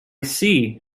see